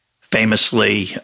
Famously